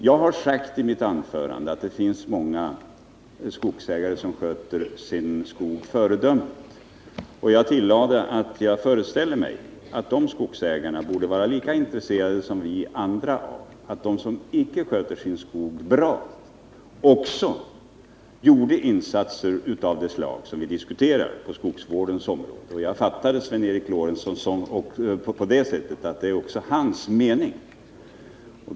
Jag har i mitt huvudanförande sagt att det finns många skogsägare som sköter sin skog föredömligt. Jag tillade att jag föreställer mig att dessa skogsägare borde vara lika intresserade som vi andra av att också de som inte sköter sin skog bra gjorde insatser av det slag som här diskuteras på skogsvårdens område. Jag fattade också Sven Eric Lorentzon så att detta är hans mening.